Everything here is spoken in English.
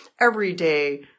everyday